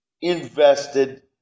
invested